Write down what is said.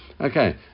Okay